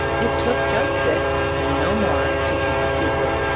it took just six, and no more, to keep a secret.